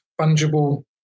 fungible